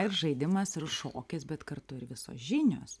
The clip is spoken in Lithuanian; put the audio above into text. ir žaidimas ir šokis bet kartu ir visos žinios